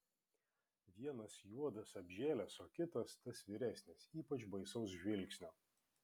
vienas juodas apžėlęs o kitas tas vyresnis ypač baisaus žvilgsnio